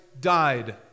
died